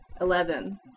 Eleven